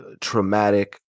traumatic